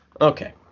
Okay